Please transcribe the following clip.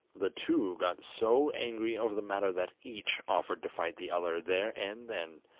the two got so angry over the matter that each offered to fight the other there and then,